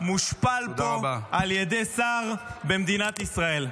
-- מושפל פה על ידי שר במדינת ישראל?